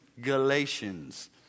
Galatians